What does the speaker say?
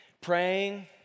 praying